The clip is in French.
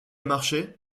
marcher